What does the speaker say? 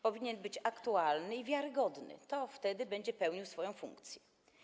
Powinien być aktualny i wiarygodny - wtedy będzie pełnił swoją funkcję.